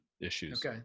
issues